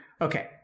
Okay